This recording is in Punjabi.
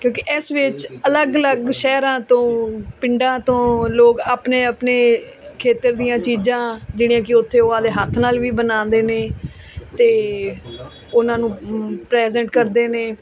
ਕਿਉਂਕਿ ਇਸ ਵਿੱਚ ਅਲੱਗ ਅਲੱਗ ਸ਼ਹਿਰਾਂ ਤੋਂ ਪਿੰਡਾਂ ਤੋਂ ਲੋਕ ਆਪਣੇ ਆਪਣੇ ਖੇਤਰ ਦੀਆਂ ਚੀਜ਼ਾਂ ਜਿਹੜੀਆਂ ਕਿ ਉੱਥੇ ਉਹ ਆਪਦੇ ਹੱਥ ਨਾਲ ਵੀ ਬਣਾਉਂਦੇ ਨੇ ਅਤੇ ਉਹਨਾਂ ਨੂੰ ਪ੍ਰੈਜ਼ੈਂਟ ਕਰਦੇ ਨੇ